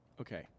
Okay